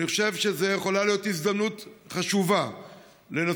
אני חושב שזו יכולה להיות הזדמנות חשובה לנסות